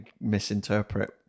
misinterpret